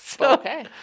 Okay